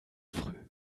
früh